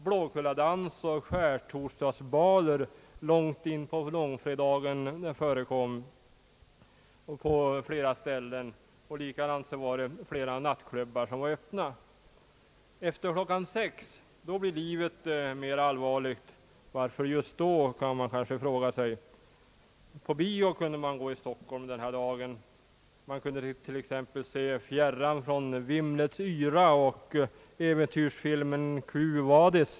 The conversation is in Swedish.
Blåkulladans och skärtorsdagsbaler förekom långt in på långfredagen på flera andra ställen, och likaså var flera nattklubbar öppna. Efter klockan 6 blir livet mera allvarligt. Varför just då, kan man fråga sig. På bio kunde man gå i Stockholm denna dag. Man kunde t.ex. se »Fjärran från vimlets yra» samt äventyrsfilmen »Quo vadis».